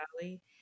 valley